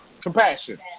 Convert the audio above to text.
Compassion